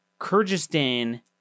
Kyrgyzstan